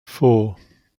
four